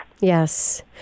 Yes